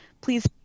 please